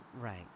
Right